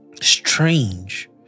strange